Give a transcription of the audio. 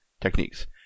techniques